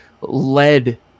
led